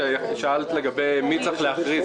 אם שאלתם, תנו לי רק רגע לענות.